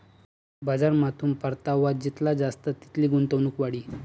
बजारमाथून परतावा जितला जास्त तितली गुंतवणूक वाढी